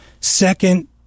Second